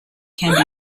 can